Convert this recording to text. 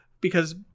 because-